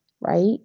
right